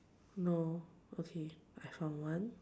no okay I found one